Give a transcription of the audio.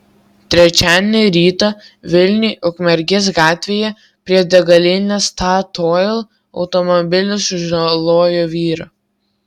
trečiadienio rytą vilniuje ukmergės gatvėje prie degalinės statoil automobilis sužalojo vyrą